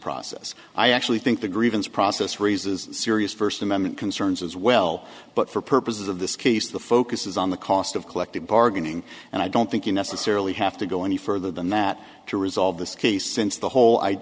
process i actually think the grievance process raises serious first amendment concerns as well but for purposes of this case the focus is on the cost of collective bargaining and i don't think you necessarily have to go any further than that to resolve this case since the whole i